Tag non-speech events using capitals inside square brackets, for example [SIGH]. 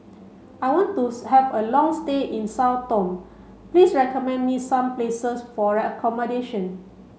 I want to [UNINTELLIGIBLE] have a long stay in Sao Tome please recommend me some places for accommodation